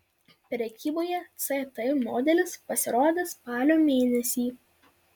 prekyboje ct modelis pasirodys spalio mėnesį